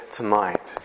tonight